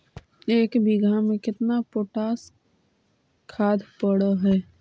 एक बिघा में केतना पोटास खाद पड़ है?